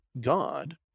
God